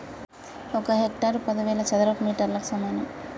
ఒక హెక్టారు పదివేల చదరపు మీటర్లకు సమానం